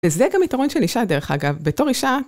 וזה גם יתרון של אישה, דרך אגב, בתור אישה.